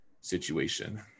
situation